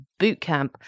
bootcamp